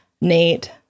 Nate